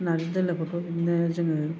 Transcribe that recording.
नारजि दोलोफोरखौ बिदिनो जोङो